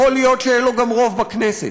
יכול להיות שיהיה לו גם רוב בכנסת,